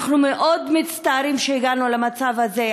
אנחנו מאוד מצטערים שהגענו למצב הזה,